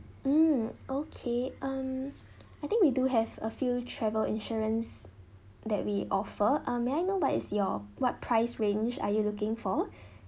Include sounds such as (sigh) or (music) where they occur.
mm okay um I think we do have a few travel insurance that we offer uh may I know what is your what price range are you looking for (breath)